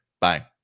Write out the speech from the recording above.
Bye